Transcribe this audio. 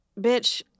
Bitch